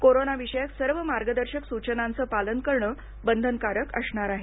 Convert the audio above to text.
कोरोनाविषयक सर्व मार्गदर्शक सूचनांचं पालन करणं बंधनकारक असणार आहे